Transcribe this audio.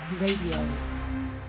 Radio